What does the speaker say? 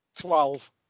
twelve